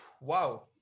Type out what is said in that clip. Wow